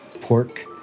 pork